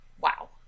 wow